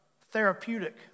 therapeutic